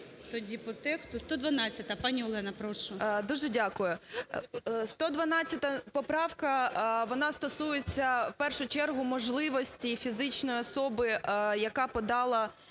112 поправка вона стосується в першу чергу можливості фізичної особи, яка подала…